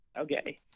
Okay